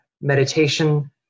meditation